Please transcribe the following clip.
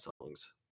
songs